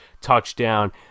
touchdown